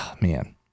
man